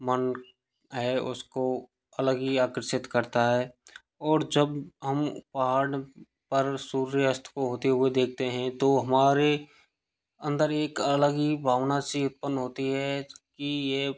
मन है उसको अलग ही आकर्षित करता है और जब हम पहाड़ पर सूर्यास्त को होते हुए देखते हैं तो हमारे अंदर एक अलग ही भावना सी उत्पन्न होती है कि यह